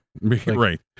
Right